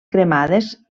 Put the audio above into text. cremades